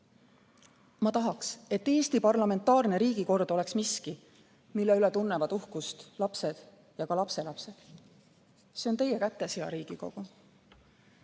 Ma tahan, et Eesti parlamentaarne riigikord oleks miski, mille üle tunnevad uhkust lapsed ja lapselapsed. See on teie kätes, hea Riigikogu!